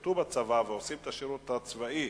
ששירתו בצבא ועושים את השירות הצבאי